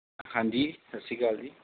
ਹਾਂਜੀ ਸਤਿ ਸ਼੍ਰੀ ਅਕਾਲ ਜੀ